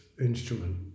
instrument